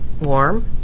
warm